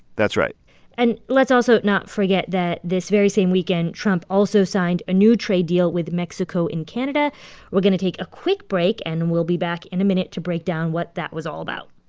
that's right and let's also not forget that this very same weekend, trump also signed a new trade deal with mexico and canada we're going to take a quick break, and we'll be back in a minute to break down what that was all about